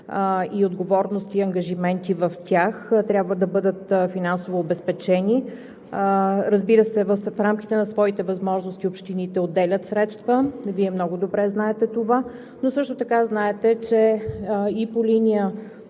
отговорности и ангажименти в тях, трябва да бъдат финансово обезпечени. Разбира се, в рамките на своите възможности общините отделят средства, Вие много добре знаете това, но също така знаете, че и по линия